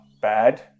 bad